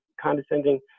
condescending